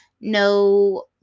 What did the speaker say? no